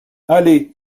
aller